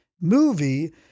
movie